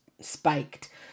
spiked